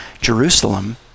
Jerusalem